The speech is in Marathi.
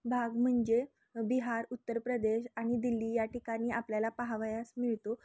भाग म्हणजे बिहार उत्तर प्रदेश आणि दिल्ली या ठिकाणी आपल्याला पाहावयास मिळतो